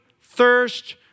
thirst